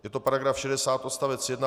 Je to § 60 odst. 1: